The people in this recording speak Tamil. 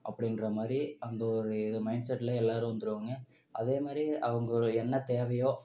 அப்படின்ற மாதிரி அந்த ஒரு இது மைண்ட்செட்ல எல்லாரும் வந்துடுவாங்க அதேமாதிரி அவங்க என்ன தேவையோ